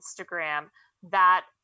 Instagram—that